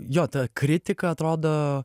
jo ta kritika atrodo